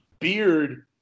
beard